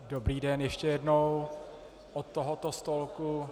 Dobrý den ještě jednou od tohoto stolku.